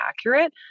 accurate